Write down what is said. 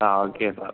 ആ ഓക്കെ അപ്പം